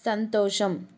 సంతోషం